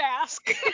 ask